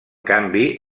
canvi